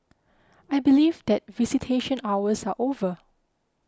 I believe that visitation hours are over